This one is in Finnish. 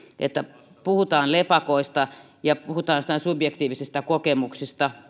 että puhutaan lepakoista ja puhutaan joistain subjektiivisista kokemuksista